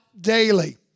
daily